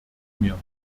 mir